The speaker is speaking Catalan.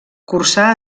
cursà